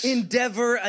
Endeavor